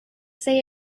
say